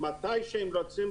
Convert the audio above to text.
מתי שהוא רוצה,